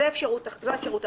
זו האפשרות האחת.